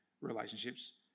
relationships